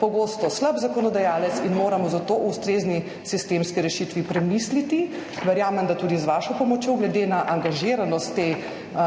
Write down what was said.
pogosto slab zakonodajalec in moramo zato o ustrezni sistemski rešitvi premisliti. Verjamem, da bomo tudi z vašo pomočjo glede na angažiranost v